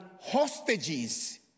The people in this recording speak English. hostages